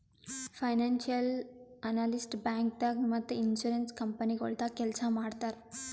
financial analyst ಬ್ಯಾಂಕ್ದಾಗ್ ಮತ್ತ್ insurance ಕಂಪನಿಗೊಳ್ದಾಗ ಕೆಲ್ಸ್ ಮಾಡ್ತರ್